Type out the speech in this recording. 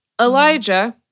Elijah